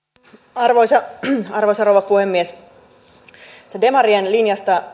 arvoisa arvoisa rouva puhemies demarien linjasta